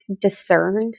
discerned